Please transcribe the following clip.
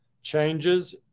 changes